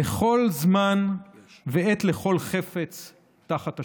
"לכל זמן ועת לכל חפץ תחת השמים".